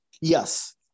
Yes